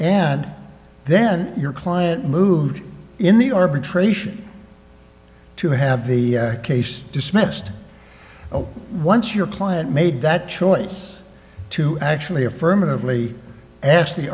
and then your client moved in the arbitration to have the case dismissed once your client made that choice to actually affirmatively as